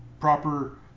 proper